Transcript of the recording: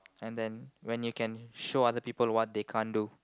and then when you can show other people what they can't do